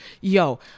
Yo